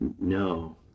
No